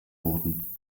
wurden